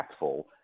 impactful